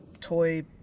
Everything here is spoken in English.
toy